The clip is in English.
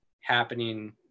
happening